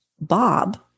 Bob